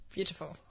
Beautiful